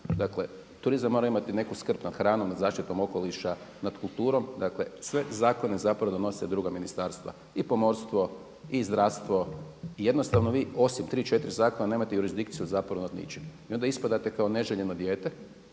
Dakle, turizam mora imati neku skrb nad hranom, zaštitom okoliša, nad kulturom, dakle sve zakone zapravo donose druga ministarstva, i pomorstvo, i zdravstvo, i jednostavno vi osim tri, četiri zakona nemate jurisdikciju zapravo nad ničim i onda ispadate kao neželjeno dijete